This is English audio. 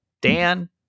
Dan